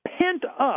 pent-up